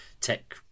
tech